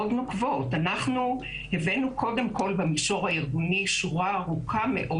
אנחנו הבאנו קודם כל במישור הארגוני שורה ארוכה מאוד